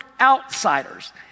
outsiders